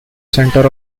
centre